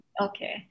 okay